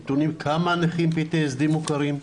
נתונים כמה נכים PTSD מוכרים,